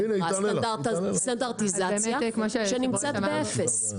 סטנדרטיזציה שנמצאת באפס.